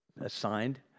assigned